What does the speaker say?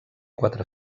quatre